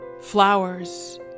Flowers